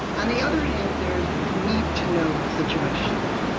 on the other hand there is need to know situations.